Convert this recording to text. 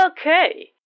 okay